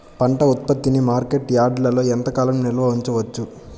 పంట ఉత్పత్తిని మార్కెట్ యార్డ్లలో ఎంతకాలం నిల్వ ఉంచవచ్చు?